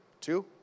Two